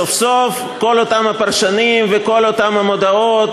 סוף-סוף כל אותם הפרשנים וכל אותן המודעות